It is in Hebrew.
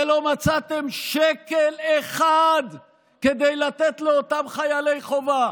ולא מצאתם שקל אחד כדי לתת לאותם חיילי חובה,